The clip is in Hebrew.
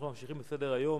אנחנו ממשיכים בסדר-היום.